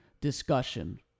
discussion